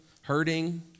hurting